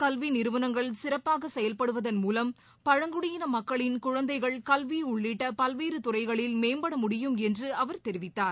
கல்வி நிறுவனங்கள் சிறப்பாக செயல்படுவது மூலம் பழங்குடியின மக்களின் குழந்தைகள் கல்வி உள்ளிட்ட பல்வேறு துறைகளில் மேம்பட செய்ய முடியும் என்று அவர் தெரிவித்தார்